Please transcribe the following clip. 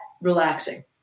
relaxing